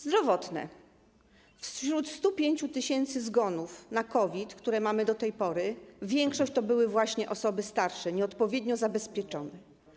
Zdrowotne - wśród 105 tys. zgonów na COVID, które mamy do tej pory, większość to były właśnie osoby starsze, nieodpowiednio zabezpieczone.